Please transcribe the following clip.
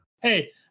Hey